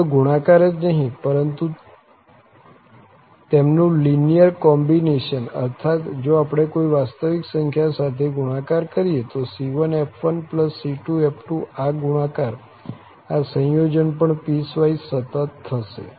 ફક્ત ગુણાકાર જ નહીં પરંતુ તેમનું લીનીઅર કોમ્બીનેશન અર્થાત્ જો આપણે કોઈ વાસ્તવિક સંખ્યા સાથે ગુણાકાર કરીએ તો c1f1c2f2 આ ગુણાકાર આ સંયોજન પણપીસવાઈસ સતત થશે